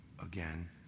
again